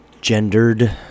gendered